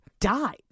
died